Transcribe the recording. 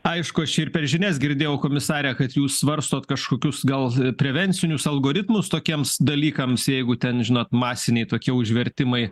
aišku aš ir per žinias girdėjau komisare kad jūs svarstot kažkokius gal prevencinius algoritmus tokiems dalykams jeigu ten žinot masiniai tokie užvertimai